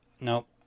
nope